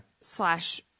Slash